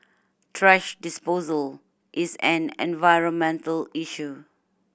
thrash disposal is an environmental issue